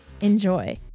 Enjoy